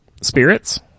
spirits